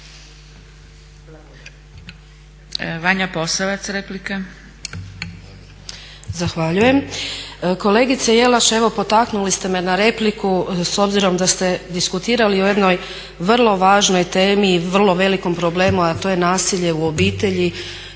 Vanja (SDP)** Zahvaljujem. Kolegice Jelaš evo potaknuli ste me na repliku s obzirom da ste diskutirali o jednoj vrlo važnoj temi i vrlo velikom problemu, a to je nasilje u obitelji